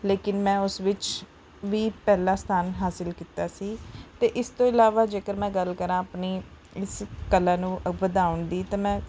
ਲੇਕਿਨ ਮੈਂ ਉਸ ਵਿੱਚ ਵੀ ਪਹਿਲਾ ਸਥਾਨ ਹਾਸਿਲ ਕੀਤਾ ਸੀ ਅਤੇ ਇਸ ਤੋਂ ਇਲਾਵਾ ਜੇਕਰ ਮੈਂ ਗੱਲ ਕਰਾਂ ਆਪਣੀ ਇਸ ਕਲਾ ਨੂੰ ਅ ਵਧਾਉਣ ਦੀ ਤਾਂ ਮੈਂ